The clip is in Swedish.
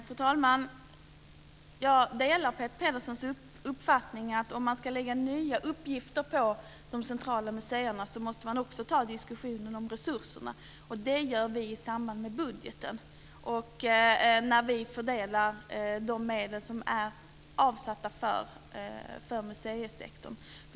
Fru talman! Jag delar Peter Pedersens uppfattning att om man ska lägga nya uppgifter på de centrala museerna så måste man också ta diskussionen om resurserna. Det gör vi i samband med budgeten och när vi fördelar de medel som är avsatta för museisektorn.